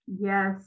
Yes